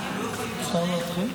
אפשר להתחיל?